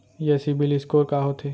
ये सिबील स्कोर का होथे?